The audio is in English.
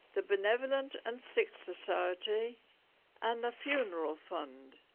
the benevolent and sick society and the funeral fund